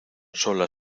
sola